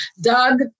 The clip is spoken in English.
Doug